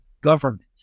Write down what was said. government